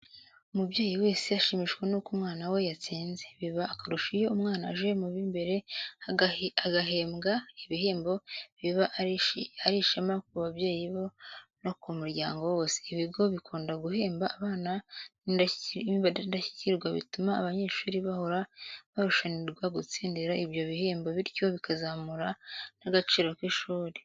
Umubyeyi wese ashimishwa n'uko umwana we yatsinze, biba akarusho iyo umwana aje mu b'imbere agahabwa ibihembo, biba ari ishema ku babyeyi be no ku muryango wose. Ibigo bikunda guhemba abana b'indashyikirwa bituma abanyeshuri bahora barushanirwa gutsindira ibyo bihembo bityo bikazamura n'agaciro k'ishuri.